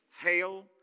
hail